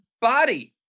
body